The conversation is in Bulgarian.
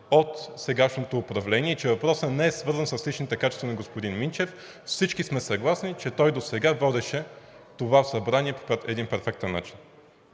от сегашното управление, че въпросът не е свързан с личните качества на господин Минчев. Всички сме съгласни, че той досега водеше това Събрание по един перфектен начин.